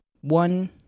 one